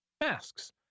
masks